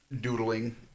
doodling